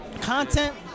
content